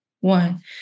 One